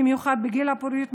במיוחד בגיל הפוריות,